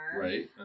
right